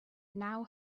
now